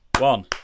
One